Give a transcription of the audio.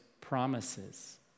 promises